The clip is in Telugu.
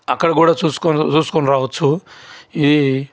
అక్కడ కూడా చూసుకుంటే చూసుకుని రావచ్చు ఈ